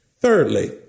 Thirdly